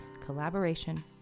collaboration